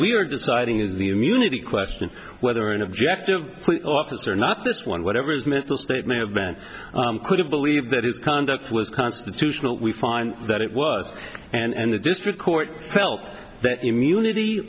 we're deciding is the immunity question whether an object of office or not this one whatever his mental state may have been could have believed that his conduct was constitutional we find that it was and the district court felt that immunity